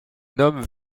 nomment